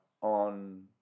on